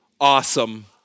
awesome